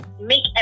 make